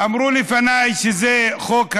אמרו לפניי שזה חוק הזוי,